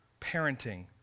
parenting